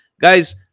Guys